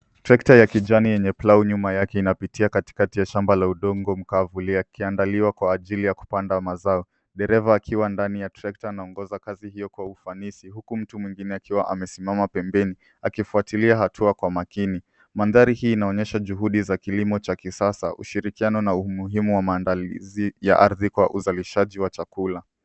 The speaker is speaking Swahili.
Trekta ya kijani yenye plough nyuma yake inapitia katikati ya shamba la udongo mkavu, ukiandaliwa kwa ajili ya kupanda mazao. Dereva akiwa ndani ya trekta anaongoza kazi hiyo kwa ufanisi huku mtu mwengine akiwa amesimama pemebeni akifuatilia hatua kwa makini. Mandhari hii inaonyesha juhudi za kilimo cha kisasa. ushirikiano na umuhimu wa maandalizi ya ardhi kwa uzalishaji wa chakula.